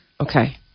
Okay